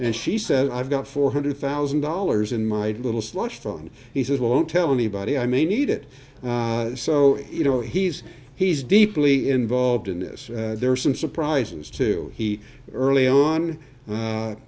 and she said i've got four hundred thousand dollars in my little slush fund he says won't tell anybody i may need it so you know he's he's deeply involved in this there are some surprises too he early on